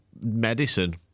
medicine